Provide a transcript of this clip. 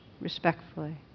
respectfully